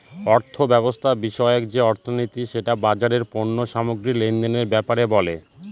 অর্থব্যবস্থা বিষয়ক যে অর্থনীতি সেটা বাজারের পণ্য সামগ্রী লেনদেনের ব্যাপারে বলে